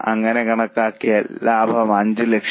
അങ്ങനെ കണക്കാക്കിയ ലാഭം 5 ലക്ഷം